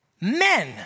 Men